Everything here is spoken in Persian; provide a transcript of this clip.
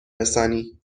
رسانی